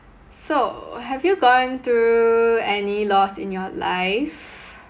so have you gone through any loss in your life